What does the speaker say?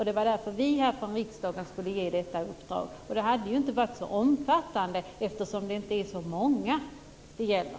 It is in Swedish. Därför skulle vi här från riksdagen ge detta uppdrag. Det hade inte varit så omfattande eftersom det inte är så många ungdomar det gäller.